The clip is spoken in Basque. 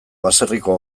baserriko